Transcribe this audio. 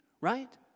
right